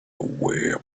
away